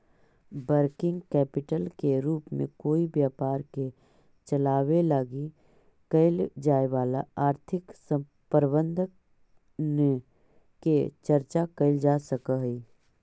working capital के रूप में कोई व्यापार के चलावे लगी कैल जाए वाला आर्थिक प्रबंधन के चर्चा कैल जा सकऽ हई